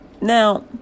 Now